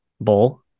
Bowl